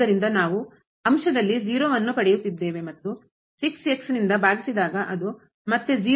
ಆದ್ದರಿಂದ ನಾವು ಅಂಶದಲ್ಲಿ ಅನ್ನು ಪಡೆಯುತ್ತಿದ್ದೇವೆ ಮತ್ತು ಭಾಗಿಸಿದಾಗ ಅದು ಮತ್ತೆ